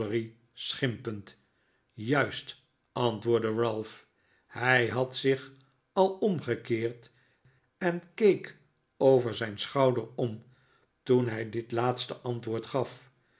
schimpend juist antwoordde ralph hij had zich al omgekeerd en keek over zijn schouder om toen hij dit laatste antwoord gaf